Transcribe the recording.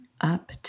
up